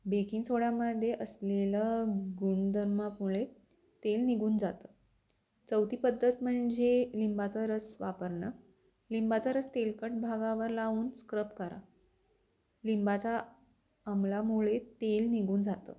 baking सोड्यामध्ये असलेलं गुणधर्मामुळे तेल निघून जातं चौथी पद्धत म्हणजे लिंबाचा रस वापरणं लिंबाचा रस तेलकट भागावर लावून स्क्रब करा लिंबाचा अंबलामुळे तेल निघून जातं